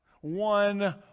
one